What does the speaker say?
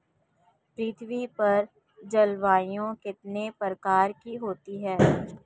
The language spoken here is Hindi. पृथ्वी पर जलवायु कितने प्रकार की होती है?